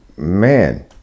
man